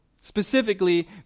specifically